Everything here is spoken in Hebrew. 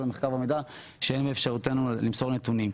המחקר והמידע שאין באפשרותנו למסור נתונים.